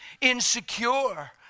insecure